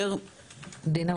דינה,